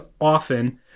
often